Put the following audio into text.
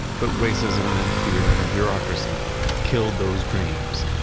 but racism and fear and bureaucracy killed those dreams.